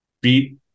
beat